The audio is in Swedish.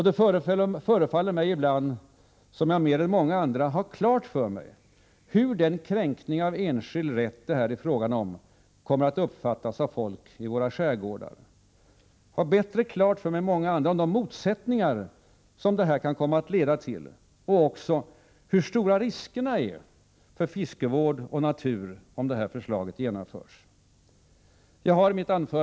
Det förefaller mig ibland som om jag mer än många andra har klart för mig hur den kränkning av enskild rätt det här är fråga om kommer att uppfattas av folk i våra skärgårdar, om de motsättningar den kan komma att leda till samt om hur stora de risker är för fiskevård och natur som förslaget kommer att leda till, om det genomförs.